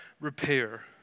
repair